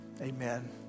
amen